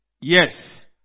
Yes